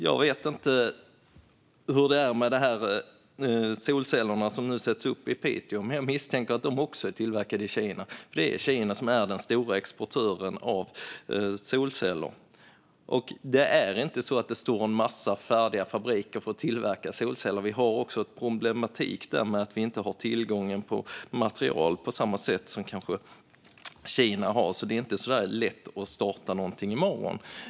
Jag vet inte hur det är med de solceller som nu sätts upp i Piteå, men jag misstänker att de också är tillverkade i Kina. Det är nämligen Kina som är den stora exportören av solceller. Det är inte så att det står en massa fabriker färdiga för att tillverka solceller i Sverige. Vi har också en problematik i det att vi inte har tillgång till material på samma sätt som Kina har, så det är inte heller särskilt lätt att starta någonting i morgon.